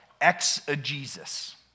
exegesis